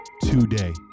today